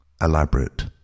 elaborate